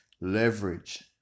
Leverage